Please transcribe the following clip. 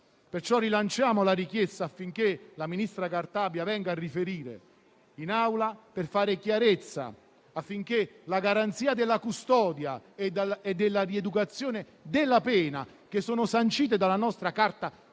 perciò rilanciamo la richiesta affinché la ministra Cartabia venga a riferire in Aula per fare chiarezza, affinché la garanzia della custodia e la funzione rieducativa della pena, sancite dalla nostra Carta